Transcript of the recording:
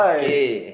okay